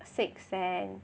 sixth sense